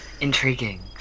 Intriguing